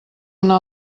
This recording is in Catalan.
una